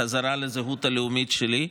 חזרה לזהות הלאומית שלי.